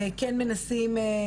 כן מנסים,